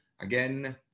again